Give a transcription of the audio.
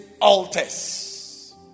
altars